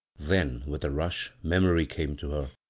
then with a rush memory came to her,